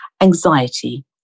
anxiety